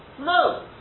No